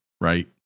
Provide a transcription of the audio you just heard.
right